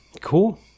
Cool